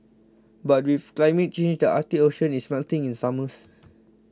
but with climate change the Arctic Ocean is melting in summers